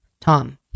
Tom